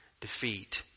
defeat